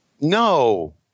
No